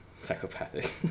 Psychopathic